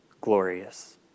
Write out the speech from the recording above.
glorious